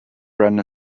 wren